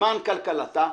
למען כלכלתה,